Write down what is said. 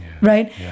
right